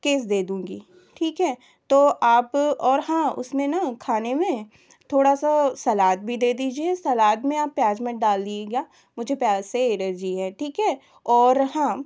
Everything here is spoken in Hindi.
केस दे दूँगी ठीक है तो आप और हाँ उसमें न खाने में थोड़ा सा सलाद भी दे दीजिए सलाद में आप प्याज़ मत डालिएगा मुझे प्याज़ से एलर्जी है ठीक है और हाँ